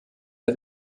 der